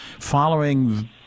following